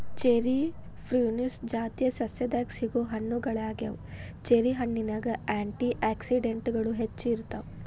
cherry Prunus ಜಾತಿಯ ಸಸ್ಯದಾಗ ಸಿಗೋ ಹಣ್ಣುಗಳಗ್ಯಾವ, ಚೆರಿ ಹಣ್ಣಿನ್ಯಾಗ ಆ್ಯಂಟಿ ಆಕ್ಸಿಡೆಂಟ್ಗಳು ಹೆಚ್ಚ ಇರ್ತಾವ